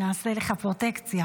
נעשה לך פרוטקציה.